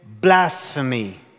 blasphemy